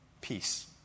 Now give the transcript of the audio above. Peace